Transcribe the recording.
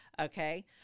Okay